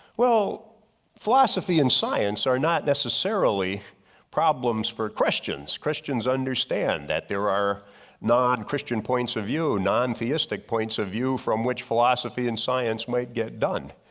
well philosophy and science are not necessarily problems for questions. questions. christians understand that there are non-christian points of view, non-theistic points of view from which philosophy and science might get done.